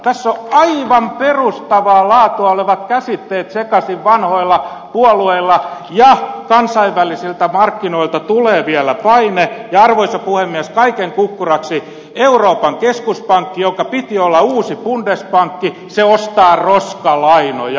tässä ovat aivan perustavaa laatua olevat käsitteet sekaisin vanhoilla puolueilla ja kansainvälisiltä markkinoilta tulee vielä paine ja arvoisa puhemies kaiken kukkuraksi euroopan keskuspankki jonka piti olla uusi bundesbank ostaa roskalainoja